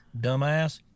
dumbass